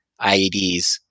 IEDs